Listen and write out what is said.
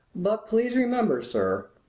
but please remember, sir,